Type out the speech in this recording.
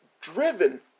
driven